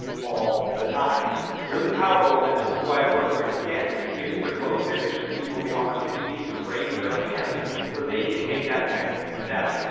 all the time. it's really powerful. and this is why it works. you're again, just giving your most ambitious people the opportunity to raise their hands so they can take that next step.